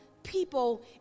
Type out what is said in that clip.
People